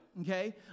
okay